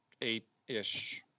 eight-ish